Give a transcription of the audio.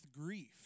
grief